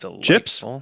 chips